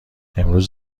امروز